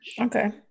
Okay